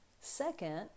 Second